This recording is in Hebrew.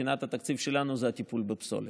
שמבחינת התקציב שלנו זה הטיפול בפסולת.